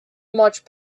much